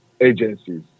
agencies